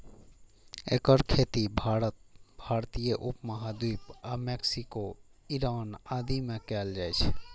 एकर खेती भारत, भारतीय उप महाद्वीप आ मैक्सिको, ईरान आदि मे कैल जाइ छै